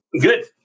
Good